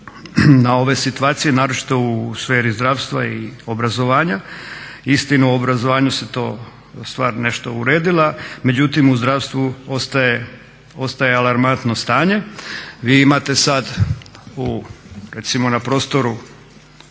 na ove situacije naročito u sferi zdravstva i obrazovanja. Istina u obrazovanju se to stvarno nešto uredilo, međutim u zdravstvu ostaje alarmantno stanje. Vi imate sad recimo na prostoru